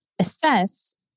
assess